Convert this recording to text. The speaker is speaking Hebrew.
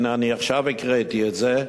הנה, אני עכשיו הקראתי את זה.